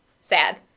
sad